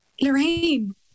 Lorraine